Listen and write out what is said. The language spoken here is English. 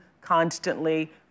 constantly